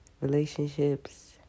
relationships